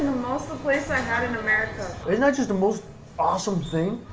most the place i had in america. it's not just the most awesome thing